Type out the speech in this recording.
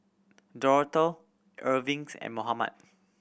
Dorotha Erving's and Mohammed